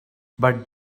but